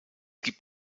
gibt